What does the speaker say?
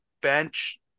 bench